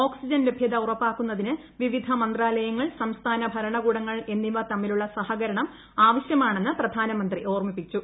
oxygen ലഭൃത ഉറപ്പാക്കുന്നതിന് വിവിധ മന്ത്രാലയ്ങ്ങൾ സംസ്ഥാന ഭരണകൂടങ്ങൾ എന്നിവ തമ്മിലുള്ള സഹ്കരണം ആവശ്യമാണെന്ന് പ്രധാനമന്ത്രി ഓർമ്മിപ്പിച്ചു